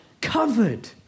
Covered